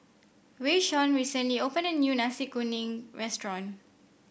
Rayshawn recently opened a new Nasi Kuning Restaurant